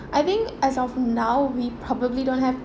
I think as of now we probably don't have